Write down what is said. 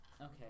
Okay